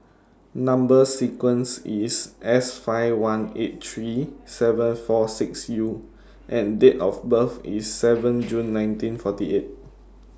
Number sequence IS S five one eight three seven four six U and Date of birth IS seven June nineteen forty eight